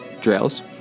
drills